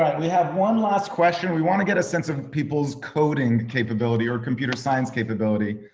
um we have one last question. we want to get a sense of of people's coding capability or computer science capability.